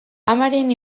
amaren